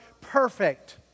perfect